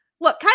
look